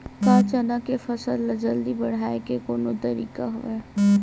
का चना के फसल ल जल्दी बढ़ाये के कोनो तरीका हवय?